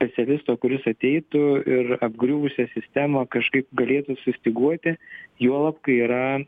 specialisto kuris ateitų ir apgriuvusią sistemą kažkaip galėtų sustyguoti juolab kai yra